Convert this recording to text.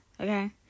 Okay